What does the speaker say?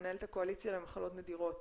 מנהלת הקואליציה למחלות נדירות